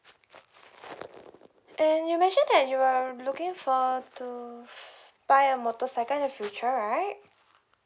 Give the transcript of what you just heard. and you mentioned that you're looking for to buy a motorcycle in future right